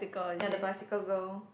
ya the bicycle girl